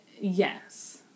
Yes